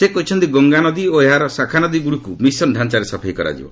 ସେ କହିଛନ୍ତି ଗଙ୍ଗାନଦୀ ଓ ଏହା ଶାଖା ନଦୀଗୁଡ଼ିକ୍ ମିଶନ୍ ଡାଞ୍ଚାରେ ସଫେଇ କରାଯିବ